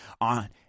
on